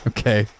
Okay